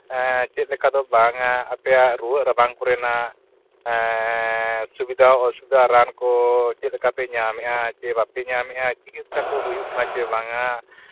ᱪᱮᱫ ᱞᱮᱠᱟ ᱫᱚ ᱵᱟᱝᱟ ᱟᱯᱮᱭᱟᱜ ᱨᱩᱣᱟᱹ ᱨᱟᱵᱟᱝ ᱠᱚᱨᱮᱱᱟᱜ ᱥᱩᱵᱤᱫᱷᱟ ᱚᱥᱩᱵᱤᱫᱷᱟ ᱨᱟᱱ ᱠᱚ ᱪᱮᱫ ᱞᱮᱠᱟ ᱯᱮ ᱧᱟᱢᱮᱫᱼᱟ ᱥᱮ ᱵᱟᱯᱮ ᱧᱟᱢᱮᱜᱼᱟ ᱪᱤᱠᱤᱛᱥᱟ ᱠᱚ ᱦᱩᱭᱩᱜ ᱠᱟᱱᱟ ᱥᱮ ᱵᱟᱝᱟ